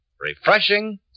refreshing